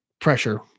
pressure